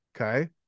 Okay